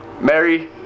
Mary